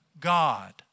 God